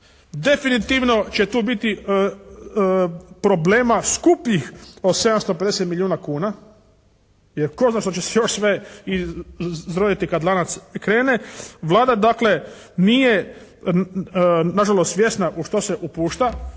Definitivno će tu biti problema skupljih od 750 milijuna kuna, jer tko zna što će se još sve izroditi kada lanac krene. Vlada dakle nije na žalost svjesna u što se upušta,